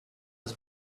was